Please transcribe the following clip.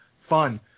fun